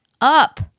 up